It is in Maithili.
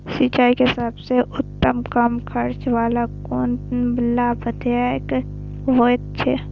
सिंचाई के सबसे उत्तम एवं कम खर्च वाला कोन तकनीक लाभप्रद होयत छै?